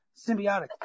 symbiotic